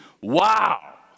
wow